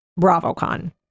BravoCon